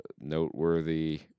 noteworthy